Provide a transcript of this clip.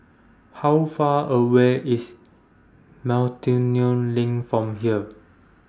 How Far away IS Miltonia LINK from here